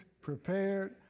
prepared